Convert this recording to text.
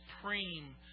supreme